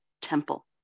Temple